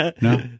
No